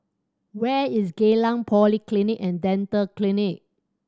where is Geylang Polyclinic And Dental Clinic